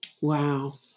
wow